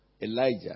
Elijah